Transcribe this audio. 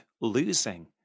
losing